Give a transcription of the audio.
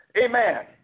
amen